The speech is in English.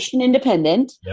independent